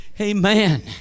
amen